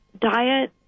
Diet